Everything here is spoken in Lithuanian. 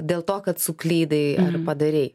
dėl to kad suklydai ar padarei